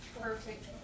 perfect